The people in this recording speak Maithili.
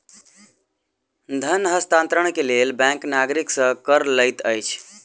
धन हस्तांतरण के लेल बैंक नागरिक सॅ कर लैत अछि